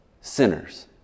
sinners